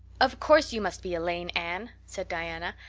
of course you must be elaine, anne, said diana.